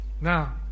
Now